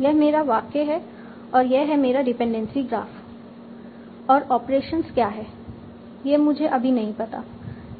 यह मेरा वाक्य है और यह है मेरा डिपेंडेंसी ग्राफ और ऑपरेशंस क्या है यह मुझे अभी नहीं पता